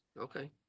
okay